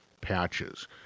patches